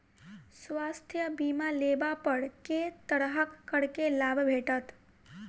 स्वास्थ्य बीमा लेबा पर केँ तरहक करके लाभ भेटत?